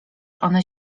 one